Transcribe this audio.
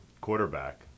quarterback